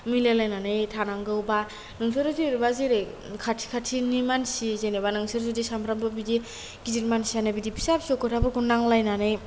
मिलायलायनानै थानांगौ बा नोंसोर जेनेबा जेरै खाथि खाथिनि मानसि जेनेबा नोंसोर जुदि सानफ्रामबो बिदि गिदिर मानसियानो बिदि फिसा फिसौ खोथाफोरखौ नांलायनानै